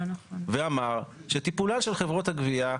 הוא אמר שהטיפול של חברות הגבייה,